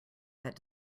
that